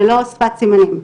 ולא שפת סימנים.